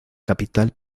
capital